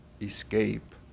escape